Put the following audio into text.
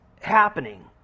happening